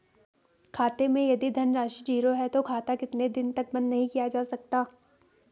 खाते मैं यदि धन राशि ज़ीरो है तो खाता कितने दिन तक बंद नहीं किया जा सकता?